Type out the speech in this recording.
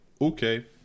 okay